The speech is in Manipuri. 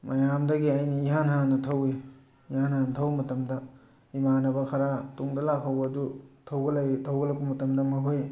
ꯃꯌꯥꯝꯗꯒꯤ ꯑꯩꯅ ꯏꯍꯥꯟ ꯍꯥꯟꯅ ꯊꯧꯋꯤ ꯏꯍꯥꯟ ꯍꯥꯟꯅ ꯊꯧꯕ ꯃꯇꯝꯗ ꯏꯃꯥꯟꯅꯕ ꯈꯔ ꯇꯨꯡꯗ ꯂꯥꯛꯍꯧꯕ ꯑꯗꯨ ꯊꯧꯒꯠꯂꯛꯏ ꯊꯧꯒꯠꯂꯛꯄ ꯃꯇꯝꯗ ꯃꯈꯣꯏ